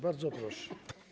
Bardzo proszę.